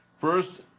first